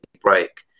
break